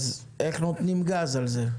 אז איך נותנים גז על זה?